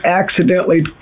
accidentally